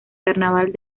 carnaval